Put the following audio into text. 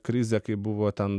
krizė kaip buvo ten